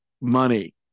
money